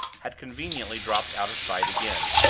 had conveniently dropped out of sight again.